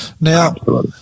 Now